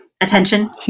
attention